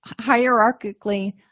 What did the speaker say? hierarchically